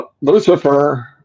Lucifer